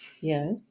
yes